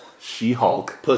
She-Hulk